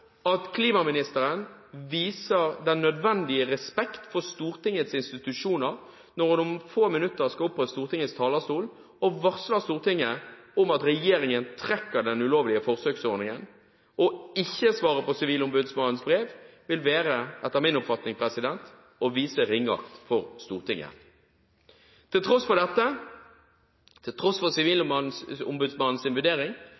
at klimaministeren viser den nødvendige respekt for Stortingets institusjoner når hun om få minutter skal opp på Stortingets talerstol, og varsler Stortinget om at regjeringen trekker den ulovlige forsøksordningen. Å ikke svare på Sivilombudsmannens brev vil, etter min oppfatning, være å vise ringeakt for Stortinget. Til tross for Sivilombudsmannens vurdering har vi ikke fått flertall i komiteen for